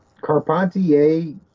Carpentier